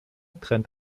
trennt